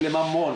יש להם המון,